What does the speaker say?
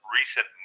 recent